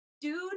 dude